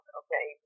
okay